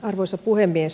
arvoisa puhemies